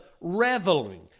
reveling